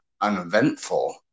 uneventful